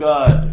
God